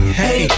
hey